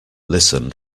listen